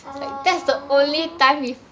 !aww!